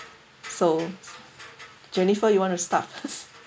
so jennifer you want to start